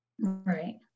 Right